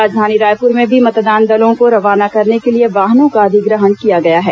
राजधानी रायपुर में भी मतदान दलों को रवाना करने के लिए वाहनों का अधिग्रहण किया गया है